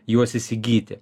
juos įsigyti